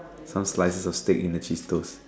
some slices of steak in the cheese toast